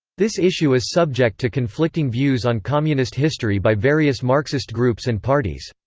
this issue is subject to conflicting views on communist history by various marxist groups and parties.